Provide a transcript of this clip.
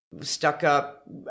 stuck-up